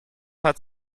hat